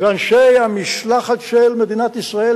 ואנשי המשלחת של מדינת ישראל,